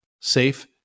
safe